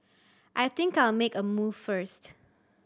I think I'll make a move first